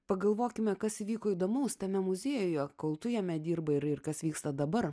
pagalvokime kas įvyko įdomaus tame muziejuje kol tu jame dirbai ir ir kas vyksta dabar